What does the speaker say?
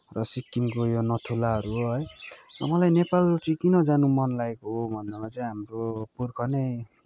र सिक्किमको यो नथुलाहरू हो है र मलाई नेपाल चाहिँ किन जान मन लागेको हो भन्दामा चाहिँ हाम्रो पुर्खा नै